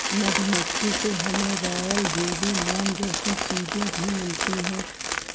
मधुमक्खी से हमे रॉयल जेली, मोम जैसी चीजे भी मिलती है